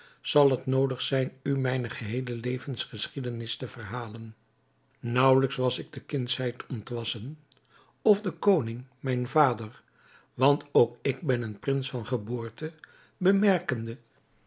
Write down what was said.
zal het noodig zijn u mijne geheele levensgeschiedenis te verhalen naauwelijks was ik de kindschheid ontwassen of de koning mijn vader want ook ik ben een prins van geboorte